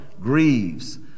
grieves